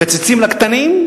מקצצים לקטנים,